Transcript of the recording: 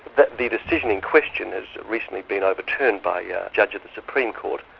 but the decision in question has recently been overturned by yeah judge of the supreme court,